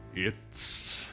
it's